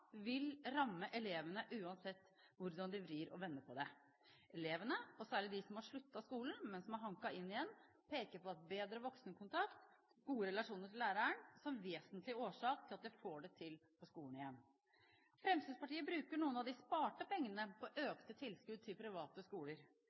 vil ramme elevene, uansett hvordan de vrir og vender på det. Elevene, og særlig de som har sluttet skolen, men som er hanket inn igjen, peker på bedre voksenkontakt og gode relasjoner til læreren som vesentlig årsak til at de får det til på skolen igjen. Fremskrittspartiet bruker noen av de sparte pengene på